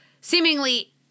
seemingly